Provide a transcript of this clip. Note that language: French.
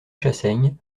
chassaigne